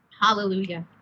Hallelujah